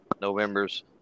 November's